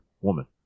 woman